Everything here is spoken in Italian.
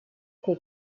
che